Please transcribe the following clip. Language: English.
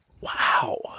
Wow